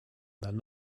then